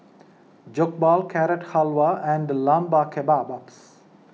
Jokbal Carrot Halwa and Lamb Kebabs